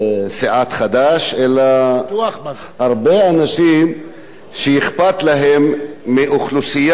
אלא הרבה אנשים שאכפת להם מאוכלוסייה שנקראת עובדי הבניין.